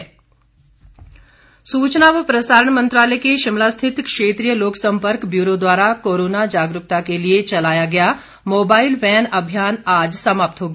प्रचार अभियान सूचना व प्रसारण मंत्रालय के शिमला स्थित क्षेत्रीय लोकसंपर्क ब्यूरो द्वारा कोरोना जागरूकता के लिए चलाया गया मोबाईल वैन अभियान आज समाप्त हो गया